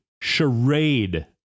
charade